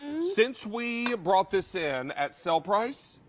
since we brought this in at sale price,